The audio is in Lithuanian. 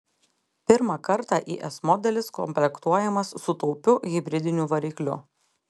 pirmą kartą is modelis komplektuojamas su taupiu hibridiniu varikliu